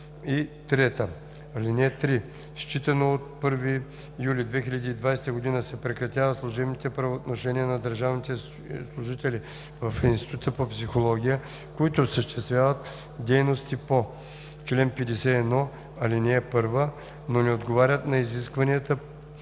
ал. 1 и 3. (3) Считано от 1 юли 2020 г. се прекратяват служебните правоотношения на държавните служители в Института по психология, които осъществяват дейностите по чл. 51, ал. 1, но не отговарят на изискванията